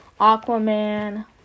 Aquaman